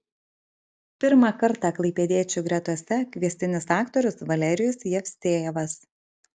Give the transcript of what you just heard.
pirmą kartą klaipėdiečių gretose kviestinis aktorius valerijus jevsejevas